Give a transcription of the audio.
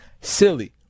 Silly